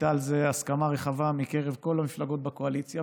הייתה על זה הסכמה רחבה בקרב כל המפלגות בקואליציה,